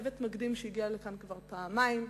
צוות מקדים, כבר פעמיים,